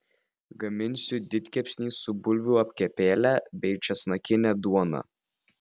gaminsiu didkepsnį su bulvių apkepėle bei česnakine duona